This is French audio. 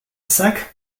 sacs